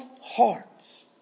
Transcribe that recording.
hearts